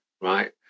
Right